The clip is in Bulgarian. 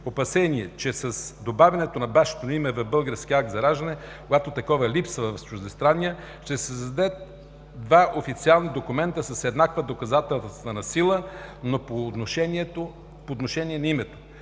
опасение, че с добавянето на бащиното име в българския акт за раждане, когато такова липсва в чуждестранния, ще се създадат два официални документи с еднаква доказателствена сила, но по отношение на името.